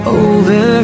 over